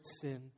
sin